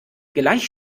gleich